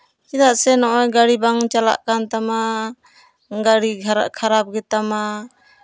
ᱪᱮᱫᱟᱜ ᱥᱮ ᱱᱚᱜᱼᱚᱭ ᱜᱟᱹᱰᱤ ᱵᱟᱝ ᱪᱟᱞᱟᱜ ᱠᱟᱱ ᱛᱟᱢᱟ ᱜᱟᱹᱰᱤ ᱠᱷᱟᱨᱟᱯ ᱜᱮᱛᱟᱢᱟ